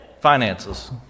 finances